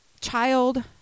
child